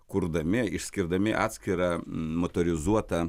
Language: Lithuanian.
kurdami išskirdami atskirą motorizuotą